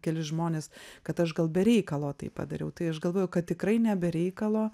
keli žmonės kad aš gal be reikalo tai padariau tai aš galvoju kad tikrai ne be reikalo